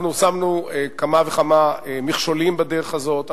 אנחנו שמנו כמה וכמה מכשולים בדרך הזאת.